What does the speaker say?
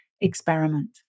experiment